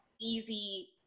easy